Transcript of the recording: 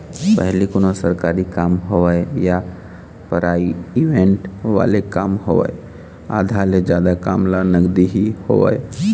पहिली कोनों सरकारी काम होवय या पराइवेंट वाले काम होवय आधा ले जादा काम ह नगदी ही होवय